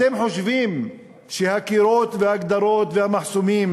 אתם חושבים שהקירות והגדרות והמחסומים